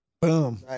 Boom